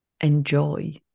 enjoy